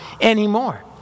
anymore